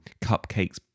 cupcakes